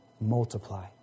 multiply